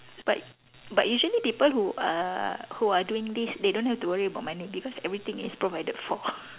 but but usually people who are who are doing this they don't have to worry about money because everything is provided for